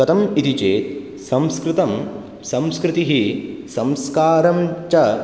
कथम् इति चेत् संस्कृतं संस्कृतिः संस्कारं च